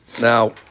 Now